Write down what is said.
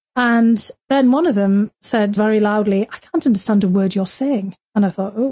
and then, one of them said, very loudly, i can't understand a word you're saying. and i thought, oh,